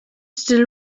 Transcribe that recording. still